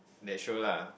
that sure lah